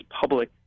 public